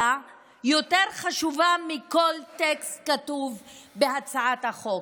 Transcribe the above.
יותר חשובה מכל טקסט כתוב בהצעת החוק.